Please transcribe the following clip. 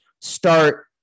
start